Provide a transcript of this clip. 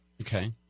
Okay